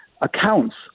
accounts